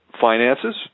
finances